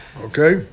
Okay